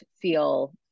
feel